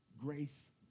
Grace